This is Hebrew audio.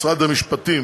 משרד המשפטים